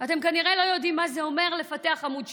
אתם כנראה לא יודעים מה זה אומר לפתח עמוד שדרה,